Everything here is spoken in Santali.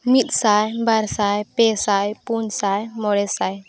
ᱢᱤᱫ ᱥᱟᱭ ᱵᱟᱨ ᱥᱟᱭ ᱯᱮ ᱥᱟᱭ ᱯᱩᱱ ᱥᱟᱭ ᱢᱚᱬᱮ ᱥᱟᱭ